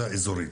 אלא אזורי.